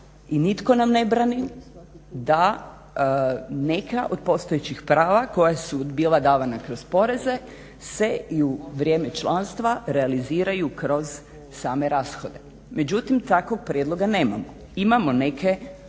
i nitko nam ne brani da neka od postojećih prava koja su bila davana kroz poreze se i u vrijeme članstva realiziraju kroz same rashode, međutim takvog prijedloga nemamo. Imamo neke druge